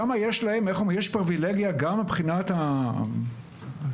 יש פריבילגיה גם מבחינת תורתנו.